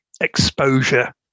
exposure